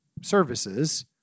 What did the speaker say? services